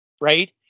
right